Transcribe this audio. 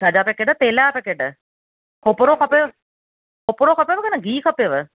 छा जा पैकेट तेल जा पैकेट खोपरो खपेव खोपरो खपेव कीन गिहु खपेव